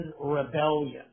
Rebellion